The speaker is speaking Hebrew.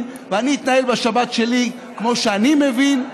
ואני אתנהל בשבת שלי כמו שאני מבין.